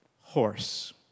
horse